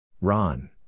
Ron